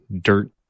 dirt